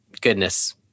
goodness